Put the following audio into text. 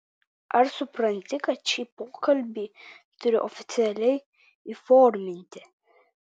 ar supranti kad šį pokalbį turiu oficialiai įforminti